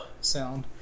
sound